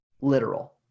literal